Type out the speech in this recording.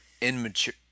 immature